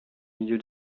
milieu